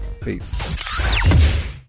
peace